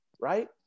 right